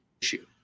issue